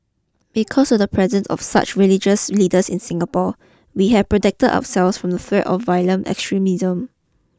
because of the presence of such religious leaders in Singapore we have protected ourselves from the threat of violent extremism